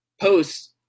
posts